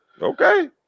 Okay